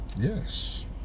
Yes